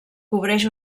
cobreix